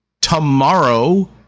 tomorrow